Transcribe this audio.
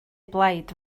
blaid